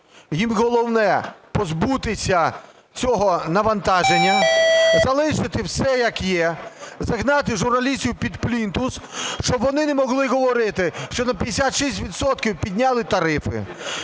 Їм головне позбутися цього навантаження, залишити все, як є, загнати журналістів під плінтус, щоб вони не могли говорити, що на 56 відсотків підняли тарифи,